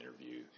interview